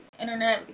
internet